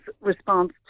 response